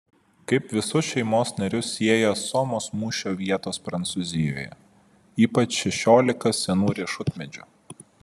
kaip visus šeimos narius sieja somos mūšio vietos prancūzijoje ypač šešiolika senų riešutmedžių